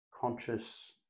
conscious